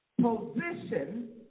Position